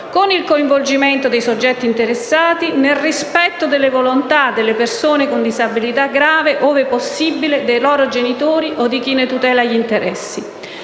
con il coinvolgimento dei soggetti interessati, nel rispetto della volontà delle persone con disabilità grave, ove possibile, dei loro genitori o di chi ne tutela gli interessi.